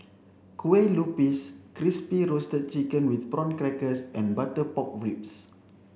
Kue Lupis crispy roasted chicken with prawn crackers and butter pork ribs